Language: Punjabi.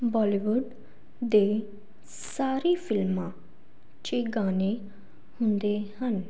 ਬਾਲੀਵੁੱਡ ਦੇ ਸਾਰੀ ਫਿਲਮਾਂ 'ਚ ਗਾਣੇ ਹੁੰਦੇ ਹਨ